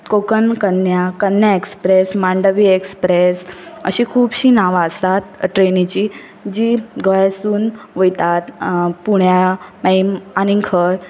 Konkan Kanya Kanya express Mandovi express अशीं खुबशीं नांवां आसात ट्रेनीचीं जीं गोंयासून वयतात पुण्या मागीर आनी खंय